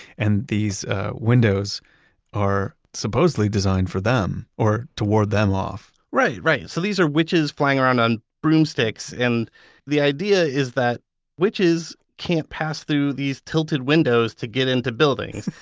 and these windows are supposedly designed for them or to ward them off? right, right. so these are witches flying around on broomsticks and the idea is that witches can't pass through these tilted windows to get into buildings.